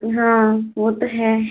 हाँ वो तो है